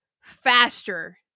faster